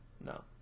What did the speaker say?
No